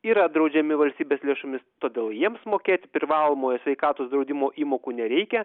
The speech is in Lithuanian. yra draudžiami valstybės lėšomis todėl jiems mokėti privalomojo sveikatos draudimo įmokų nereikia